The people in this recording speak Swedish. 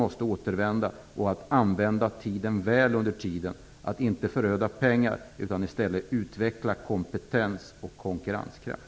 Dessutom gäller det att till dess använda tiden väl och att inte föröda pengar. I stället måste man utveckla kompetens och konkurrenskraft.